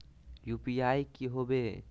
UPI की होबो है?